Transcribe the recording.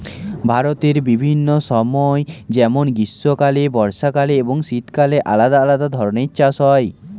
ভারতের বিভিন্ন সময় যেমন গ্রীষ্মকালে, বর্ষাকালে এবং শীতকালে আলাদা আলাদা ধরনের চাষ হয়